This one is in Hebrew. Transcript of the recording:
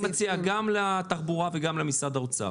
אני מציע גם לתחבורה וגם למשרד האוצר